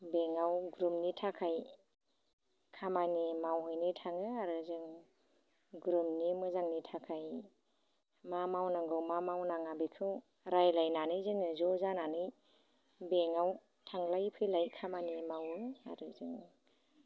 बेंकआव ग्रुपनि थाखाय खामानि मावहैनो थाङो आरो जों ग्रुपनि मोजांनि थाखाय मा मावनांगौ मा मावनाङा बेखौ रायज्लायनानै जोङो ज' जानानै बेंकआव थांंनाय फैलाय खामानि मावो आरो जों